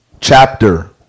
Chapter